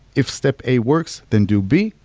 if step a works, then do b,